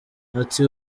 ati